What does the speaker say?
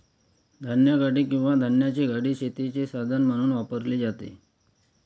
धान्यगाडी किंवा धान्याची गाडी शेतीचे साधन म्हणून वापरली जाते